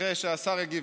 אחרי שהשר יגיב,